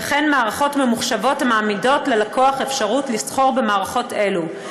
וכן מערכות ממוחשבות המעמידות ללקוח אפשרות לסחור במערכות אלו.